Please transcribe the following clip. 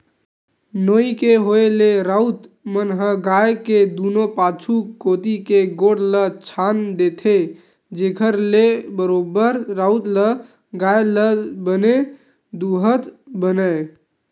नोई के होय ले राउत मन ह गाय के दूनों पाछू कोती के गोड़ ल छांद देथे, जेखर ले बरोबर राउत ल गाय ल बने दूहत बनय